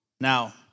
Now